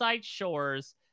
shores